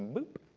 boop,